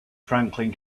franklin